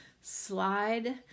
slide